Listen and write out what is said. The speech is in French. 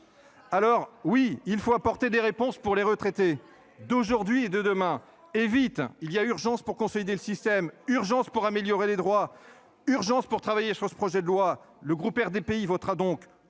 Alors oui il faut apporter des réponses pour les retraités d'aujourd'hui et de demain, et vite. Il y a urgence pour consolider le système urgence pour améliorer les droits urgence pour travailler sur ce projet de loi le groupe RDPI votera donc